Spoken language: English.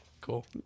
Cool